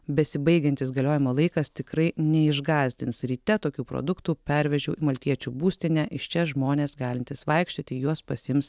besibaigiantis galiojimo laikas tikrai neišgąsdins ryte tokių produktų pervežiau maltiečių būstinę iš čia žmonės galintys vaikščioti juos pasiims